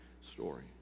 story